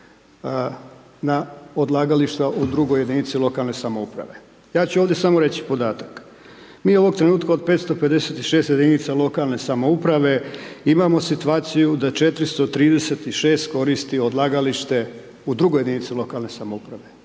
na odlagališta u drugoj jedinice lokalne samouprave. Ja ću ovdje samo reći podatak, mi ovog trenutka od 556 jedinica lokalne samouprave imamo situaciju da 436 koristi odlagalište u drugoj jedinici lokalne samouprave,